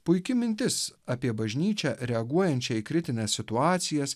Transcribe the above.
puiki mintis apie bažnyčią reaguojančią į kritines situacijas